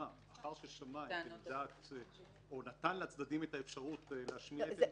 את עמדת או נתן לצדדים אפשרות להשמיע את עמדתם.